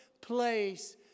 place